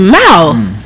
mouth